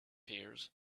pears